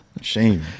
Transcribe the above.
Shame